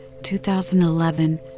2011